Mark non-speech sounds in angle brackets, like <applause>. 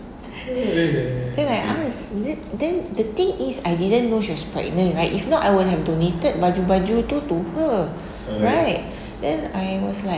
<laughs> then I asked is it then the thing is I didn't know she was pregnant right if not I would have donated baju-baju tu to her <breath> right then I was like